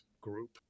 group